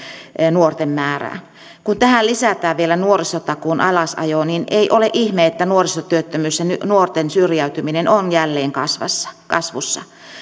nuorten määrää kun tähän lisätään vielä nuorisotakuun alasajo niin ei ole ihme että nuorisotyöttömyys ja nuorten syrjäytyminen on jälleen kasvussa kasvussa